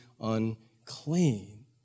unclean